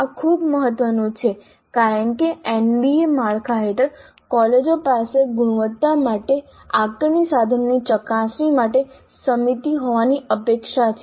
આ ખૂબ મહત્વનું છે કારણ કે એનબીએ માળખા હેઠળ કોલેજો પાસે ગુણવત્તા માટે આકારણી સાધનોની ચકાસણી માટે સમિતિ હોવાની અપેક્ષા છે